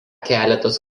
keletas